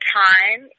time